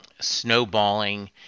snowballing